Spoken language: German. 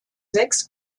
sechs